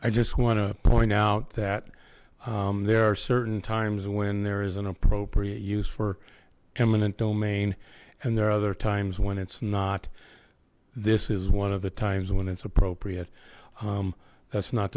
i just want to point out that there are certain times when there is an appropriate use for eminent domain and there are other times when it's not this is one of the times when it's appropriate that's not